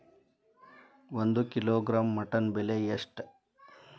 ಒಂದು kilogram mutton ಬೆಲೆ ಎಷ್ಟ್?